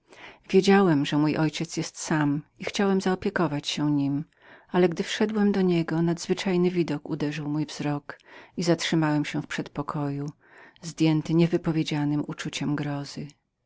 wiedziałem że mój ojciec był sam i chciałem poświęcić się jego usłudze ale wchodząc do niego nadzwyczajny widok uderzył mój wzrok i zatrzymałem się w przedpokoju zdjęty niewypowiedzianem uczuciem zgrozy